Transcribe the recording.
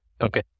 Okay